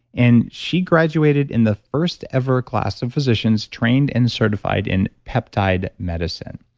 and she graduated in the first ever class of physicians trained and certified in peptide medicine.